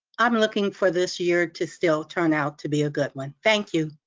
i'm looking for this year to still turn out to be a good one. thank you.